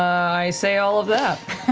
i say all of that.